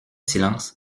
silence